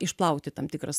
išplauti tam tikras